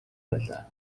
байлаа